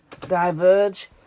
diverge